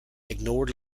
ignored